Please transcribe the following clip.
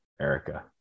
Erica